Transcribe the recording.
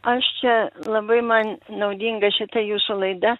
aš čia labai man naudinga šita jūsų laida